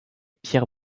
pierre